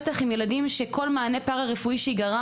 בטח עם ילדים שכל מענה פרא-רפואי שייגרע